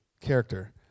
character